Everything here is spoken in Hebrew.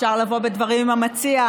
אפשר לבוא בדברים עם המציע,